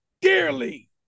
dearly